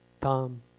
tom